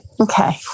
okay